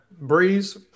Breeze